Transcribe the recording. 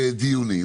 דיונים.